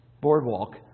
boardwalk